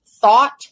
thought